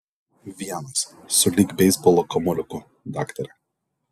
vienas sulig beisbolo kamuoliuku daktare